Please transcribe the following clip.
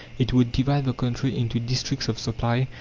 it would divide the country into districts of supply,